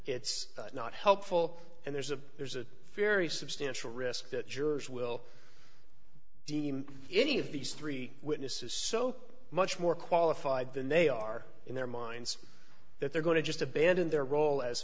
it's not helpful and there's a there's a very substantial risk that jurors will deem any of these three witnesses so much more qualified than they are in their minds that they're going to just abandon their role as